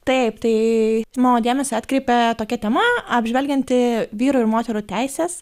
taip tai mano dėmesį atkreipė tokia tema apžvelgianti vyrų ir moterų teises